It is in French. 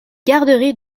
garderie